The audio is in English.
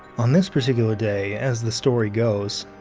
on this particular day, as the story goes,